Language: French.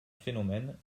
phénomène